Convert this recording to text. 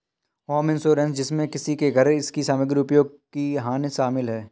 home insurance जिसमें किसी के घर इसकी सामग्री उपयोग की हानि शामिल है